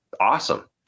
awesome